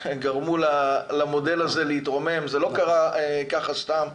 גרמו למודל הזה להתרומם, זה לא קרה ככה סתם.